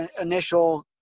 initial